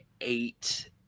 eight